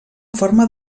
forma